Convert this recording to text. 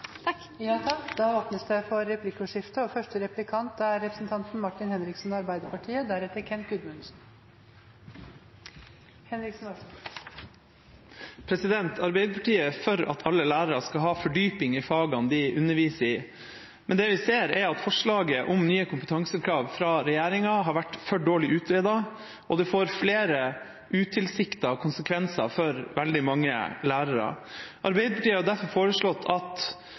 Det blir replikkordskifte. Arbeiderpartiet er for at alle lærere skal ha fordypning i fagene de underviser i, men det vi ser, er at forslaget fra regjeringa om nye kompetansekrav har vært for dårlig utredet, og at det får flere utilsiktede konsekvenser for veldig mange lærere. Arbeiderpartiet har derfor bl.a. foreslått at